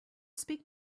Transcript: speak